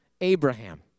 Abraham